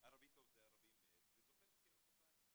ערבי טוב זה ערבי מת, וזוכה למחיאות כפיים.